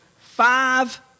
five